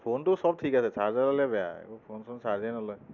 ফোনটো চব ঠিক আছে চাৰ্জাৰ ডালেই বেয়া একো ফোন চোন চাৰ্জেই নলয়